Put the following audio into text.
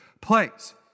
place